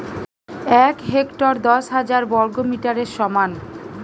এক হেক্টর দশ হাজার বর্গমিটারের সমান